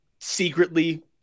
secretly